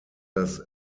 das